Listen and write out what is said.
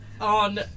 on